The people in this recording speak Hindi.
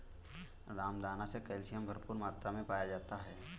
रामदाना मे कैल्शियम भरपूर मात्रा मे पाया जाता है